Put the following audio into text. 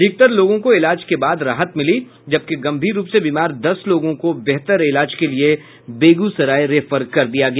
अधिकतर लोगों को इलाज के बाद राहत मिली जबकि गंभीर रूप से बीमार दस लोगों को बेहतर इलाज के लिए बेगूसराय रेफर कर दिया गया